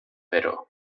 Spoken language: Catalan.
però